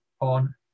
on